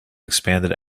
expanded